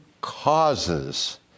causes